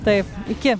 taip iki